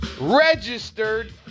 registered